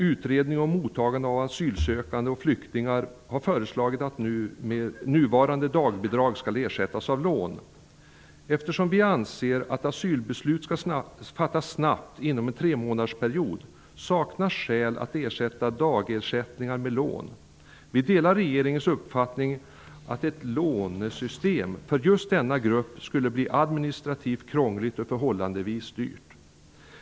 Utredningen om mottagande av asylsökande och flyktingar har föreslagit att nuvarande dagbidrag skall ersättas av lån. Eftersom vi anser att asylbeslut skall fattas snabbt, inom en tremånadersperiod, saknas skäl att ersätta dagbidrag med lån. Vi delar regeringens uppfattning att ett lånesystem för just denna grupp skulle bli administrativt krångligt och förhållandevis dyrt.